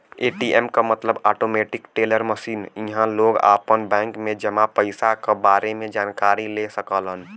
ATM मतलब automatic teller machine इहां लोग आपन बैंक में जमा पइसा क बारे में जानकारी ले सकलन